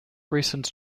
recent